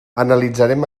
analitzarem